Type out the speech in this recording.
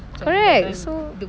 correct so